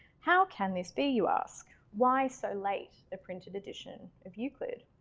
how can this be you ask? why so late the printed edition of euclid?